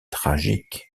tragique